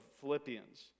Philippians